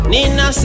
Nina